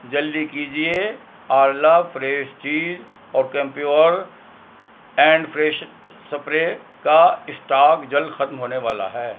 جلدی کیجیے Arla fresh cheese اور Cam pure and fresh spray کا اسٹاک جلد ختم ہونے والا ہے